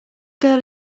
girl